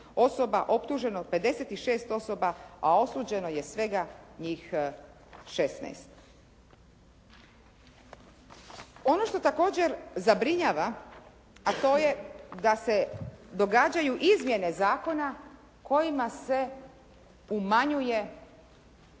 osoba optuženo 56 osoba, a osuđeno je svega njih 16. Ono što također zabrinjava, a to je da se događaju izmjene zakona kojima se umanjuje ovo